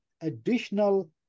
additional